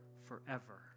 forever